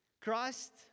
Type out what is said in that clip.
Christ